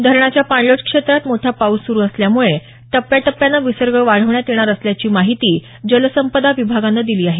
धरणाच्या पाणलोट क्षेत्रात मोठा पाऊस सुरू असल्यामुळे टप्याटप्यानं विसर्ग वाढवण्यात येणार असल्याची माहिती जलसंपदा विभागानं दिली आहे